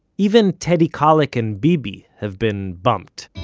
even teddy kollek and bibi have been bumped.